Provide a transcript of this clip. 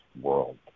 world